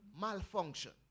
malfunction